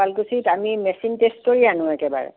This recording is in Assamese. শুৱালকুছিত আমি মেচিন টেষ্ট কৰি আনো একেবাৰে